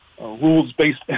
rules-based